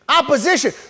opposition